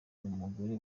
umugore